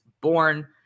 born